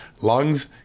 lungs